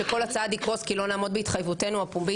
שכל הצעה תקרוס כי לא נעמוד בהתחייבותנו הפומבית